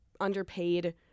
underpaid